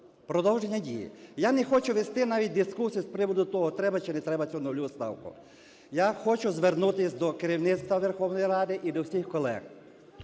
продовження дії. Я не хочу вести навіть дискусії з приводу того, треба чи не треба цю нульову ставку, я хочу звернутись до керівництва Верховної Ради і до всіх колег.